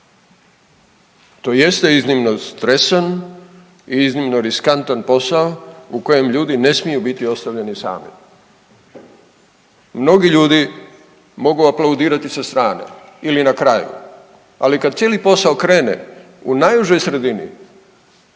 To je iznimno stresan i iznimno riskantan posao u kojem ljudi ne smiju biti ostavljeni sami. Mnogi ljudi mogu aplaudirati sa strane ili na kraju, ali kad cijeli posao krene u najužoj sredini